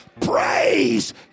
Praise